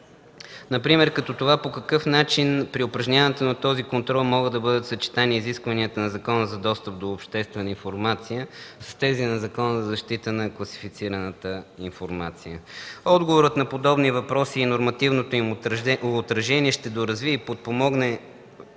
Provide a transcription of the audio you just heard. например като това по какъв начин при упражняването на този контрол могат да бъдат съчетани изискванията на Закона за достъп до обществена информация с тези на Закона за защита на класифицираната информация. Отговорът на подобни въпроси и нормативното им отражение ще доразвие и подпомогне